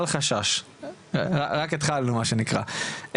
אל חשש, רק התחלנו מה שנקרא.